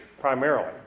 primarily